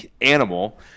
animal